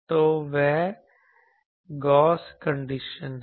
तो वह Gauss condition है